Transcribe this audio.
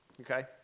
okay